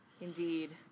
indeed